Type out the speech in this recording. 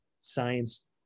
science